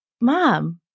Mom